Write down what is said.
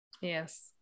yes